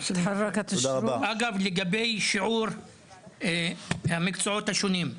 לגבי שיעור המקצועות השונים,